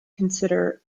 consider